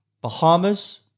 Bahamas